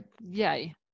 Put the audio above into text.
yay